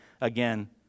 again